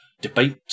debate